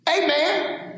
Amen